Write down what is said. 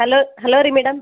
hello hello ರೀ madam